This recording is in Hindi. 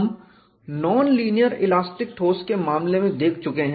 हम नॉनलीनियर इलास्टिक ठोस के मामले में देख चुके हैं